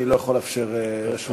אני לא יכול לאפשר רשות דיבור.